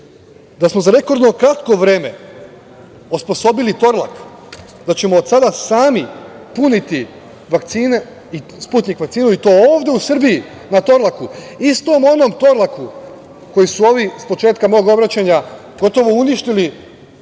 da smo za rekordno kratko vreme osposobili Torlak, da ćemo od sada sami puniti vakcine, Sputnjik vakcinu, i to ovde u Srbiji na Torlaku, istom onom Torlaku, koji su ovi, sa početka mog obraćanja gotovo uništili